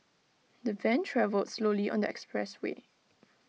the van travelled slowly on the expressway